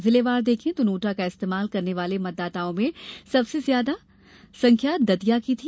जिलेवार देखें तो नोटा का इस्तेमाल करने वाले मतदाताओं में सबसे ज्यादा संख्या दतिया की थी